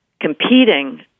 competing